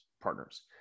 partners